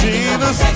Jesus